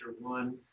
one